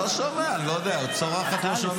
אני לא שומע, אני לא יודע, היא צורחת, אני לא שומע